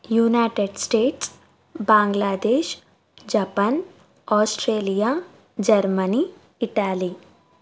United States Bangladesh Japan Australia Germany Italy